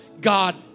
God